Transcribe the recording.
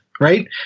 right